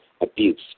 abuse